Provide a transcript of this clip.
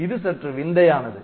இது சற்று விந்தையானது